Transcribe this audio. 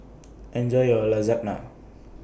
Enjoy your Lasagna